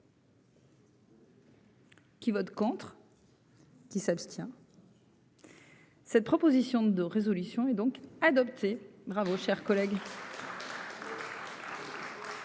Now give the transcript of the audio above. Qui vote contre.-- Qui s'abstient.-- Cette proposition de résolution et donc adopté. Bravo, chers collègues.